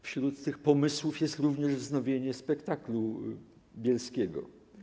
Wśród tych pomysłów jest również wznowienie spektaklu bielskiego.